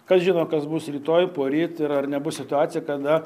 kas žino kas bus rytoj poryt ir ar nebus situacija kada